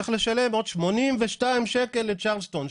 צריך לשלם עוד שמונים ושתיים שקל לחודש לצ'רלטון.